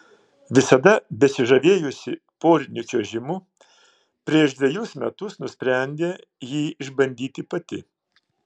visada besižavėjusi poriniu čiuožimu prieš dvejus metus nusprendė jį išbandyti pati